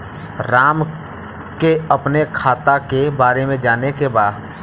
राम के अपने खाता के बारे मे जाने के बा?